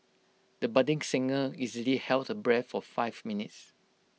the budding singer easily held her breath for five minutes